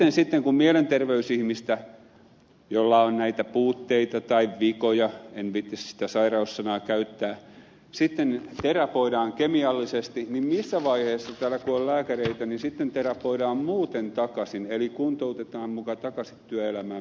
nytten sitten kun mielenterveysihmistä jolla on näitä puutteita tai vikoja en viitsi sitä sairaus sanaa käyttää terapoidaan kemiallisesti niin missä vaiheessa täällä kun on lääkäreitä sitten terapoidaan muuten takaisin eli kuntoutetaan muka takaisin työelämään meidän systeemissä